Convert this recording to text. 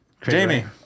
Jamie